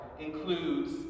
includes